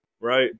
Right